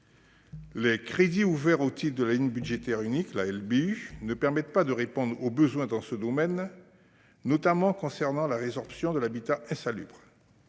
Les crédits ouverts au titre de la ligne budgétaire unique ne permettent pas de répondre aux besoins dans ce domaine, notamment concernant la résorption de l'habitat insalubre.